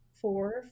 four